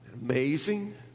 Amazing